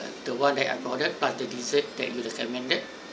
the one that I've ordered but the dessert that you recommended